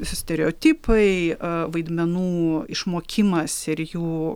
stereotipai vaidmenų išmokimas ir jų